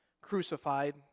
crucified